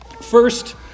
First